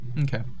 Okay